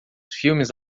filmes